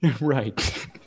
Right